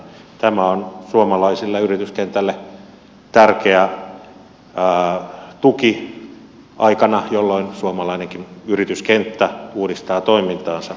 tämä on suomalaiselle yrityskentälle tärkeä tuki aikana jolloin suomalainenkin yrityskenttä uudistaa toimintaansa haasteita vastaamaan